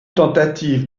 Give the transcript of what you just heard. tentative